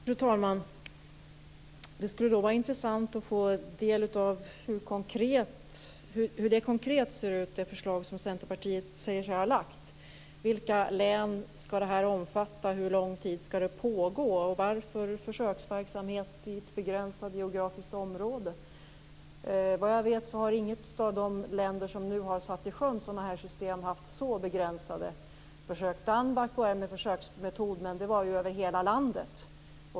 Fru talman! Det skulle vara intressant att få ta del av hur det förslag konkret ser ut som Centerpartiet säger sig ha lagt fram. Vilka län skall det här omfatta? Hur lång tid skall det pågå, och varför försöksverksamhet i ett begränsat geografiskt område? Såvitt jag vet har inget av de länder som sjösatt sådana här system haft så begränsade försök. Danmark började med en försöksverksamhet - över hela landet.